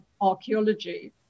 archaeology